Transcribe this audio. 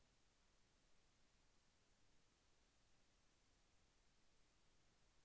సాధనాలు మరియు పరికరాలు ఏమిటీ?